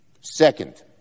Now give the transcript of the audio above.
Second